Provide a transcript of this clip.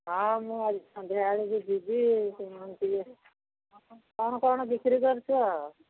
ହଁ ମୁଁ ଆଜି ସନ୍ଧ୍ୟାବେଳକୁ ଯିବି ତୁମର ଟିକେ କ'ଣ କ'ଣ ବିକ୍ରି କରୁଛ